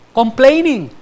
complaining